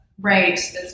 Right